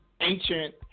ancient